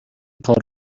کار